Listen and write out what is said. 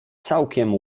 całkiem